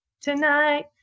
tonight